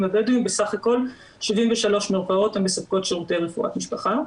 הבדואים בסך הכל 73 מרפאות המספקות שירותי רפואת משפחה,